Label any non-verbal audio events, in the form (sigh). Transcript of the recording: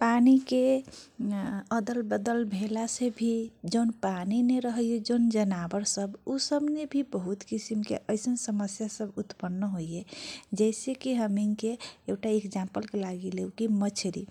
पानीके (hesitation) अदल बदल भेलासे भी जवन पनिने रहैये जनावर सब सबने भि बहुत किसिमकेअइसन समस्या सब उत्पन्न होइये । जैसेकी हमैनके एउटा इकजाम्पलके लागि लेउ